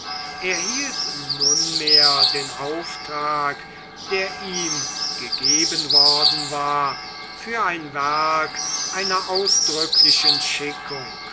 hielt nunmehr den auftrag der ihm gegeben worden war für ein werk einer ausdrücklichen schickung